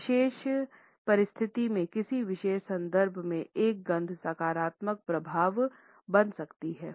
किसी विशेष परिस्थिति में किसी विशेष संदर्भ में एक गंध सकारात्मक प्रभाव बना सकती है